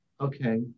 okay